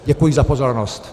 Děkuji za pozornost.